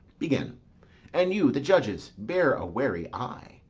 begin and you, the judges, bear a wary eye.